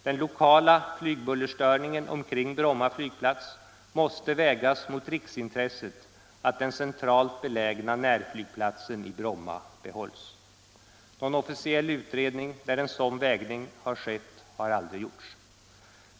Den lokala flygbullerstörningen omkring Bromma flygplats måste vägas mot riksintresset att den centralt belägna närflygplatsen i Bromma behålles. Någon officiell utredning där en sådan vägning skett har aldrig gjorts.